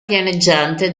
pianeggiante